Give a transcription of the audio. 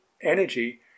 energy